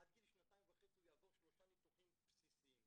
עד גיל שנתיים וחצי הוא יעבור שלושה ניתוחים בסיסיים.